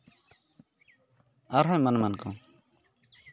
ᱟᱨ ᱦᱚᱸ ᱮᱢᱟᱱ ᱮᱢᱟᱱ ᱠᱚ